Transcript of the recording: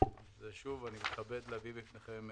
61,